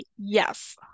yes